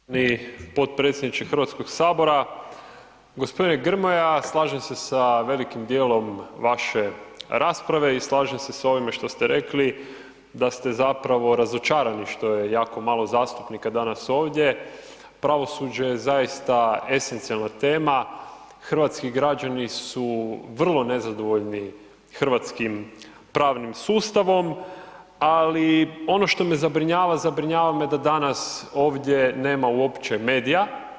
Poštovani potpredsjedniče Hrvatskog sabora, gospodine Grmoja slažem se sa velikim dijelom vaše rasprave i slažem se s ovime što ste rekli da ste zapravo razočarani što je jako malo zastupnika danas ovdje, pravosuđe je zaista esencijalna tema, hrvatski građani su vrlo nezadovoljni hrvatskim pravim sustavom, ali ono što me zabrinjava zabrinjava me da danas ovdje nema uopće medija.